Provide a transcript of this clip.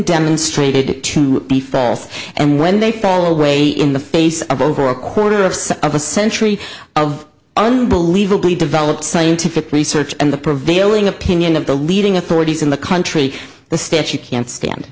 demonstrated to be false and when they fall away in the face of over a quarter of a century of unbelievably developed scientific research and the prevailing opinion of the leading authorities in the country the state you can't stand